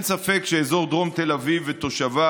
אין ספק שאזור דרום תל אביב ותושביו